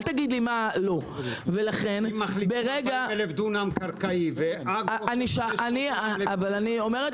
אם מחליטים 40,000 דונם קרקעי --- אני אומרת